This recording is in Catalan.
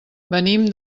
venim